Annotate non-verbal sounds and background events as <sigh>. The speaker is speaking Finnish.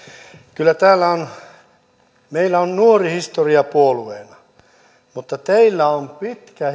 kyllä meillä on nuori historia puolueena mutta teillä on pitkä <unintelligible>